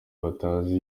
batazi